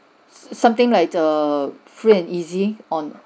something like err free and easy on